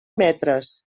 metres